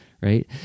right